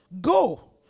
Go